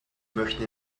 möchte